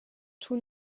tout